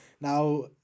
now